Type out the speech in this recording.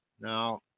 Now